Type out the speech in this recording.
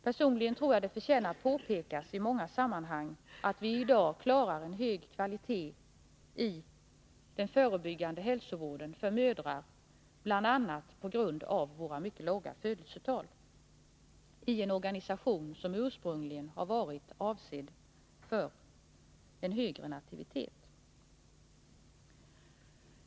Personligen tror jag det förtjänar påpekas i många sammanhang att vi i dag klarar en hög kvalitet i den förebyggande hälsovården för mödrar, bl.a. på grund av våra mycket låga födelsetal, i en organisation som ursprungligen har varit avsedd för en högre nativitet.